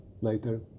later